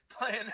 playing